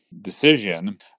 decision